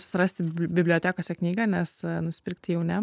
surasti bibliotekose knygą nes nusipirkti jau ne